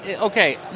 Okay